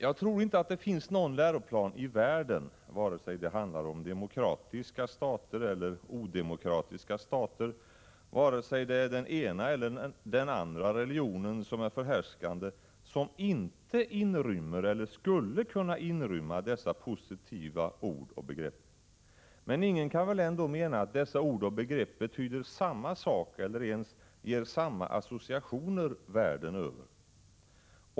Jag tror inte det finns någon läroplan i världen — vare sig det handlar om demokratiska stater eller odemokratiska stater, vare sig det är den ena eller den andra religionen som är förhärskande — som inte inrymmer eller skulle kunna inrymma dessa positiva ord och begrepp. Men ingen kan väl ändå mena att dessa ord och begrepp betyder samma sak eller ens ger samma associationer världen över.